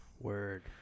Word